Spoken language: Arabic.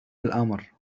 الأمر